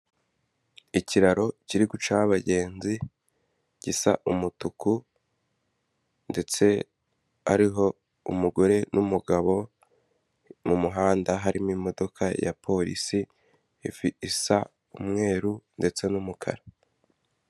Ikiraro kiri gucaho abagenzi gisa umutuku ndetse hariho umugore n'umugabo, mu muhanda harimo imodoka ya polisi isa umweru ndetse n'umukara.